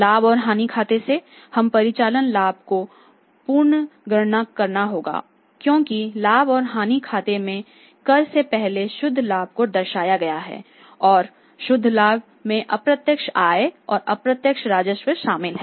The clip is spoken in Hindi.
लाभ और हानि खाते से हमें परिचालन लाभ को पुनर्गणना करना होगा क्योंकि लाभ और हानि खाते में कर से पहले शुद्ध लाभ को दर्शाया गया है और शुद्ध लाभ में अप्रत्यक्ष आय या अप्रत्यक्ष राजस्व शामिल हैं